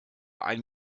ein